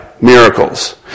miracles